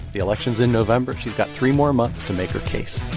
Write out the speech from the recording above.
the election's in november. she's got three more months to make her case